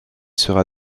sera